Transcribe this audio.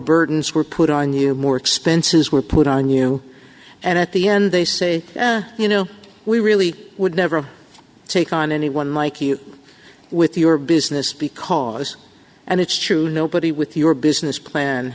burdens were put on you more expenses were put on you and at the end they say you know we really would never take on anyone like you with your business because and it's true nobody with your business plan